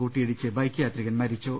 കൂട്ടിയിടിച്ച് ബൈക്ക് യാത്രികൻ മരിച്ചു